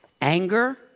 anger